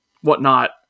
whatnot